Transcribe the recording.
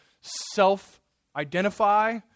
self-identify